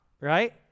right